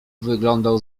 wyglądał